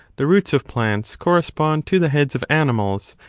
the roots of plants correspond to the heads of animals,